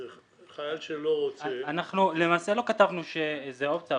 חייל שלא רוצה --- למעשה לא כתבנו שזו אופציה,